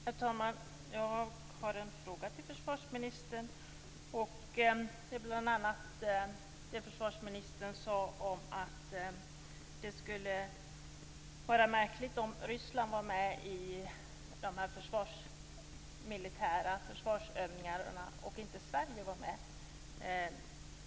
Herr talman! Jag har en fråga till försvarsministern, och den gäller det som han sade om att det skulle vara märkligt om Ryssland var med i dessa militära försvarsövningar men inte Sverige.